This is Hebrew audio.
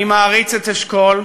אני מעריץ את אשכול,